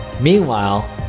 Meanwhile